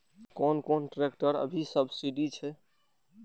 कोन कोन ट्रेक्टर अभी सब्सीडी छै?